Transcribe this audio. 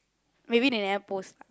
maybe they never post ah